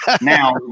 now